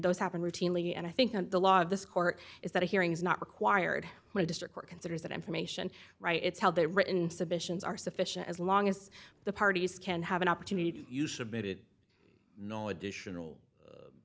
those happen routinely and i think the law of this court is that a hearing is not required when a district court considers that information right it's how they're written submissions are sufficient as long as the parties can have an opportunity to use submitted no additional